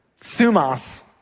Thumas